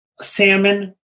salmon